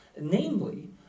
namely